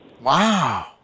Wow